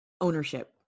ownership